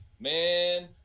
man